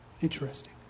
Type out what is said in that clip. Interesting